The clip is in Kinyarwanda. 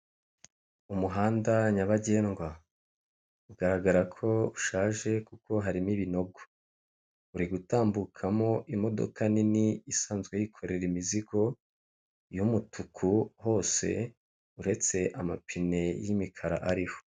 Imodoka nini iri mumuhanda itwara imizigo yiganjemo ibara risa umuhondon'umweru ikaba ifite indi ihetse inyuma isa ibara ry'umweru hakurya yayo hakaba hari ibiti birebire hakurya yabyo hakaba hari amazu menshi.